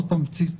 עוד פעם הפיצול,